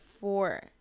four